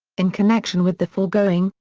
in connection with the foregoing,